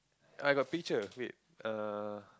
I got picture wait err